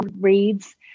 reads